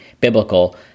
biblical